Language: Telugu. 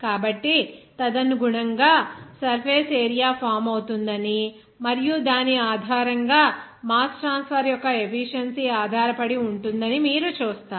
కాబట్టి తదనుగుణంగా సర్ఫేస్ ఏరియా ఫామ్ అవుతుందని మరియు దాని ఆధారంగా మాస్ ట్రాన్స్ఫర్ యొక్క ఎఫీషియెన్సీ ఆధారపడి ఉంటుందని మీరు చూస్తారు